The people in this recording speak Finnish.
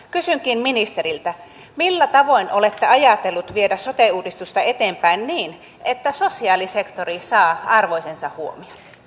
kysynkin ministeriltä millä tavoin olette ajatellut viedä sote uudistusta eteenpäin niin että sosiaalisektori saa arvoisensa huomion